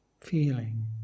feeling